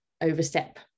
overstep